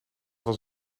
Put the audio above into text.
was